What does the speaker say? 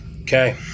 okay